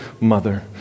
mother